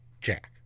Jack